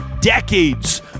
decades